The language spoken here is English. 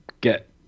get